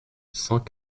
cent